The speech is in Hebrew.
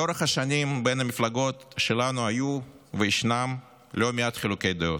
לאורך השנים בין המפלגות שלנו היו וישנם לא מעט חילוקי דעות.